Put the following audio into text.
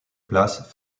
place